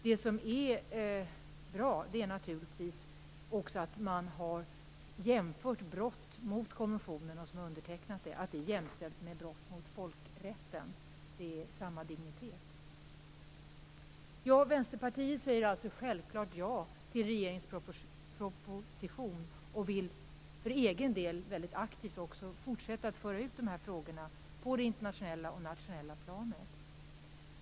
Det är naturligtvis också bra att man har jämställt brott mot konventionen med brott mot folkrätten. De har samma dignitet. Vänsterpartiet säger alltså självklart ja till regeringens proposition. Vi vill för egen del aktivt fortsätta att föra ut frågorna på det internationella och det nationella planet.